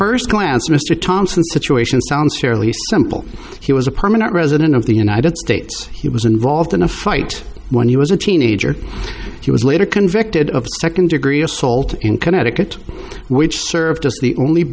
at st glance mr thomson situation sounds fairly simple he was a permanent resident of the united states he was involved in a fight when he was a teenager he was later convicted of nd degree assault in connecticut which served as the only